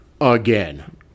again